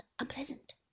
unpleasant